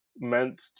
meant